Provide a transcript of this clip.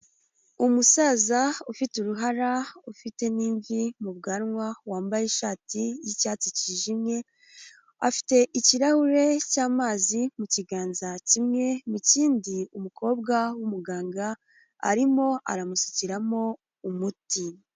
Umusaza ufite uruhara, ufite n'imvi mu bwanwa wambaye ishati y'icyatsi cyijimye, afite ikirahure cy'amazi mu kiganza kimwe, mu kindi umukobwa w'umuganga arimo aramusukiramo umuti.